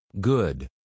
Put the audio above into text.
Good